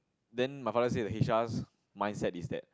then my father said H_R mindset is that